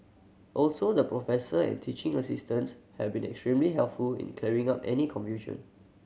also the professor and teaching assistants have been extremely helpful in clearing up any confusion